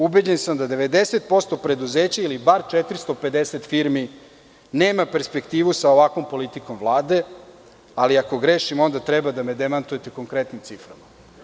Ubeđen sam da 90% preduzeća ili bar 450 firmi nema perspektivu sa ovakvom politikom Vlade, ali ako grešim, onda treba da me demantujete konkretnim ciframa.